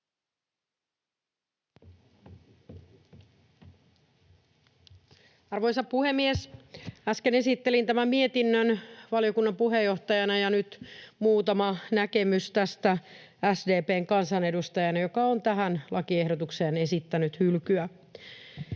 Arvoisa puhemies! Äsken esittelin tämän mietinnön valiokunnan puheenjohtajana, ja nyt muutama näkemys tästä SDP:n kansanedustajana, joka on tähän lakiehdotukseen esittänyt hylkyä.